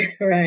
Right